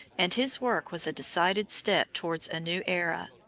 and his work was a decided step towards a new era.